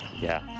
yeah,